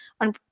on